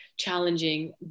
challenging